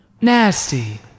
Nasty